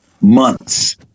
months